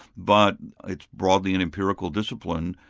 but its broadly an empirical discipline.